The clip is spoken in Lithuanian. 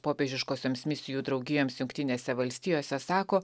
popiežiškosioms misijų draugijoms jungtinėse valstijose sako